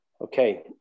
Okay